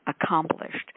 accomplished